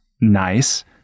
nice